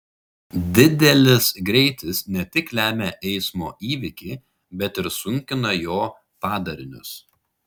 didelis greitis ne tik lemia eismo įvykį bet ir sunkina jo padarinius